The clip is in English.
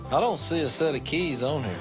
i don't see a set of keys on here.